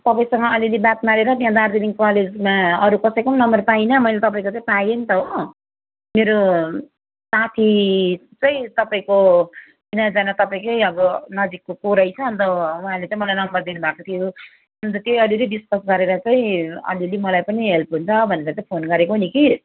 तपाईँसँग अलिअलि बात मारेर त्यहाँ दार्जिलिङ कलेजमा अरू कसैको पनि नम्बर पाइनँ मैले तपाईँको चाहिँ पाएँ नि त हो मेरो साथी चाहिँ तपाईँको चिनाजाना तपाईँकै अब नजिकको को रहेछ अन्त उहाँले मलाई नम्बर दिनुभएको थियो अन्त त्यही अलिअलि डिस्कस गरेर चाहिँ अलिअलि मलाई पनि हेल्प हुन्छ भनेर चाहिँ फोन गरेको नि कि